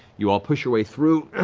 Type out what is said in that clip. you all push your way through,